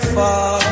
far